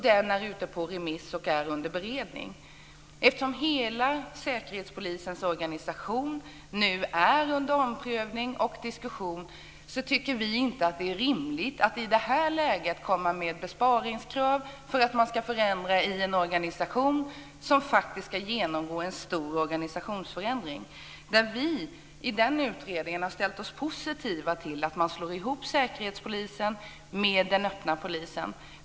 Den är ute på remiss och är under beredning. Eftersom hela Säkerhetspolisens organisation nu är under omprövning och diskussion tycker vi inte att det är rimligt att i det här läget komma med ett besparingskrav som leder till att man får förändra i en organisation som faktiskt ska genomgå en stor organisationsförändring. I den utredningen har vi ställt oss positiva till att man slår ihop Säkerhetspolisen med den öppna polisen.